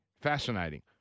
Fascinating